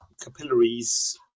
capillaries